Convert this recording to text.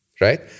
right